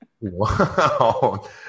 Wow